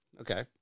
Okay